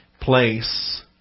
place